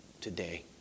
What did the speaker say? today